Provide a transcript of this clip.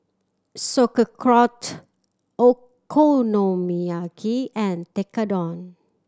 Sauerkraut Okonomiyaki and Tekkadon